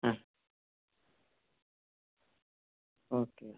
ആ ഓക്കെ